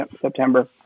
September